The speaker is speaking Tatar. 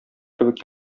кебек